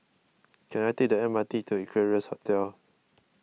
can I take the M R T to Equarius Hotel